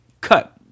cut